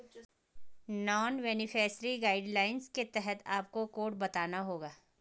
non beneficiary guidelines के तहत आपको कोड बताना होगा